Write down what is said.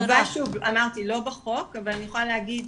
חובה, שוב, אמרתי, לא בחוק, אבל אני יכולה להגיד